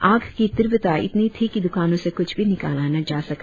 आग की तीव्रता इतनी थी की दुकानो से कुछ भी निकाला ना जा सका